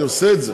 אני עושה את זה.